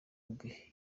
bwe